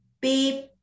beep